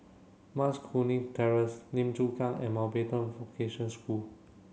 Mas Kuning Terrace Lim Chu Kang and Mountbatten Vocation School